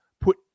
put